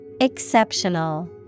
Exceptional